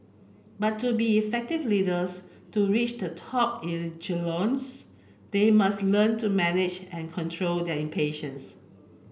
but to be effective leaders to reach the top echelons they must learn to manage and control their impatience